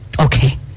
Okay